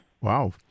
wow